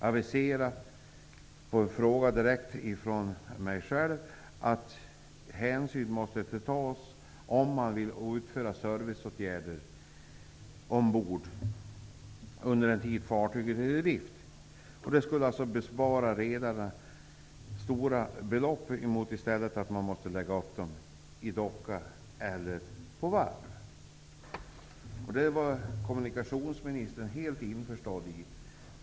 T.o.m. han aviserade att man måste ta hänsyn till om någon vill utföra serviceåtgärder ombord under den tid fartyget är i drift. Det skulle bespara redarna stora belopp jämfört med om de måste lägga fartygen i docka eller på varv. Det här var kommunikationsministern helt införstådd med.